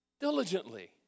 Diligently